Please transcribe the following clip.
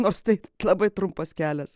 nors tai labai trumpas kelias